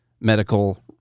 medical